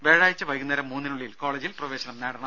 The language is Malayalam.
വ്യാഴാഴ്ച വൈകുന്നേരം മൂന്നിനുള്ളിൽ കോളേജിൽ പ്രവേശനം നേടണം